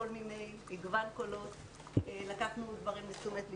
מגוון קולות ולקחנו דברים לתשומת לבנו.